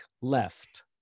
left